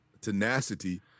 tenacity